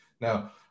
Now